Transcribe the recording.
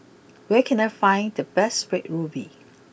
where can I find the best Red ruby